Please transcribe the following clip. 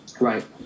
Right